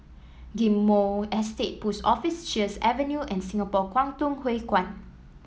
Ghim Moh Estate Post Office Sheares Avenue and Singapore Kwangtung Hui Kuan